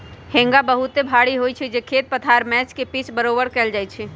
हेंगा बहुते भारी होइ छइ जे खेत पथार मैच के पिच बरोबर कएल जाइ छइ